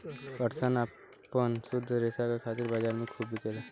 पटसन आपन शुद्ध रेसा क खातिर बजार में खूब बिकेला